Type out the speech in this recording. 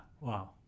Wow